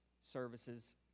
services